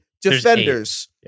defenders